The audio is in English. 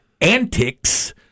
antics